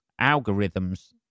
algorithms